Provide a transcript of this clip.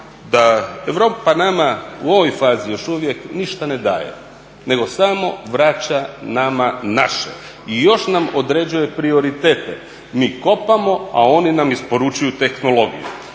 da Europa nama u ovoj fazi još uvijek ništa ne daje, nego samo vraća nama naše i još nam određuje prioritete. Mi kopamo a oni nam isporučuju tehnologiju.